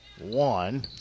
one